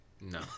No